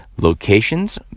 locations